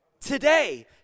Today